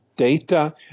Data